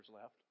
left